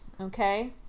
okay